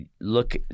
look